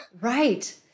Right